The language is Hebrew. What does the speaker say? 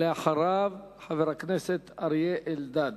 ואחריו, חבר הכנסת אריה אלדד.